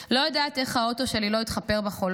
"לא יודעת איך האוטו שלי לא התחפר בחולות,